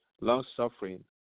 long-suffering